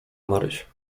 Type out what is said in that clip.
maryś